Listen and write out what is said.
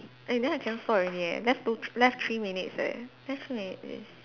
eh then I cannot spot already leh left two left three minutes leh left three minutes is